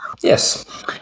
Yes